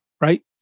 right